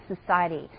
society